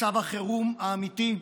מצב החירום האמיתי,